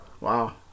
Wow